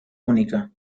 única